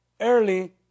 early